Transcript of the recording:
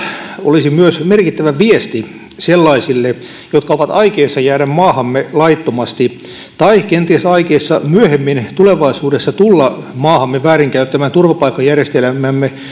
olisi myös merkittävä viesti sellaisille jotka ovat aikeissa jäädä maahamme laittomasti tai kenties aikeissa myöhemmin tulevaisuudessa tulla maahamme väärinkäyttämään turvapaikkajärjestelmäämme